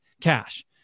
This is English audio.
cash